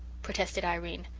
protested irene.